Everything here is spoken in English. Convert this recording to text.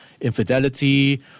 infidelity